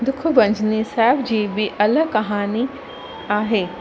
दुखु भंजनी साहिब जी बि अलॻि कहाणी आहे